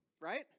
right